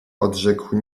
odrzekł